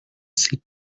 seat